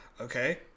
Okay